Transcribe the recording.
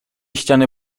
ściany